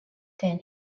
then